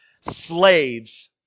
slaves